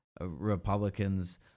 Republicans